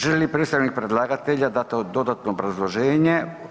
Želi li predstavnik predlagatelja dati dodatno obrazloženje?